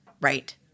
Right